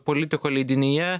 politiko leidinyje